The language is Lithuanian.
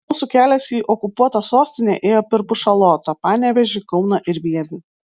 mūsų kelias į okupuotą sostinę ėjo per pušalotą panevėžį kauną ir vievį